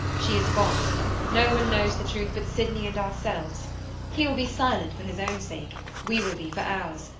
she is gone no one knows the truth but sydney and ourselves he will be silent, for his own sake we will be for ours,